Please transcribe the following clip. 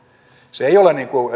se ei ole niin kuin